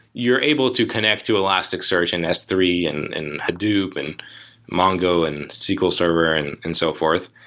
you're able to connect to elastic search and s three and and hadoop and mongo and sql server and and so forth,